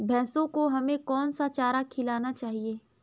भैंसों को हमें कौन सा चारा खिलाना चाहिए?